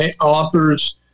authors